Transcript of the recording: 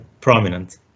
prominent